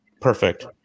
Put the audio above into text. Perfect